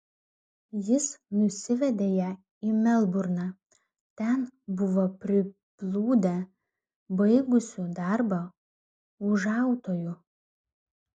jis nusivedė ją į melburną ten buvo priplūdę baigusių darbą ūžautojų